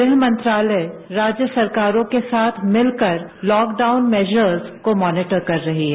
गृह मंत्रालय राज्य सरकारों के साथ मिलकर लॉकडाउन मेजर्स को मॉनिटर कर रही है